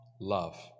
love